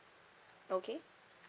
okay